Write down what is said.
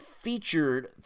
featured